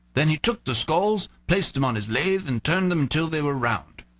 then he took the skulls, placed them on his lathe, and turned them till they were round.